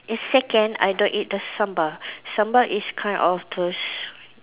second I don't eat the sambal sambal is kind of those